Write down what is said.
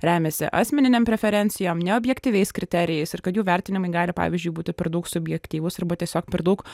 remiasi asmeninėm preferencijom neobjektyviais kriterijais ir kad jų vertinimai gali pavyzdžiui būti per daug subjektyvūs arba tiesiog per daug